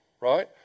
Right